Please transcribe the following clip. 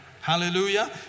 Hallelujah